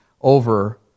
over